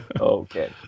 Okay